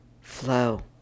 flow